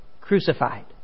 crucified